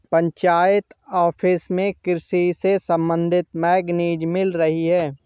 panchayat office में कृषि से संबंधित मैगजीन मिल रही है